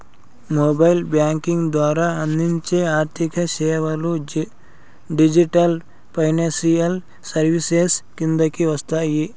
mobile banking ద్వారా అందించే ఆర్థిక సేవలు డిజిటల్ ఫైనాన్షియల్ సర్వీసెస్ కిందకే వస్తాయి